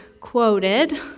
quoted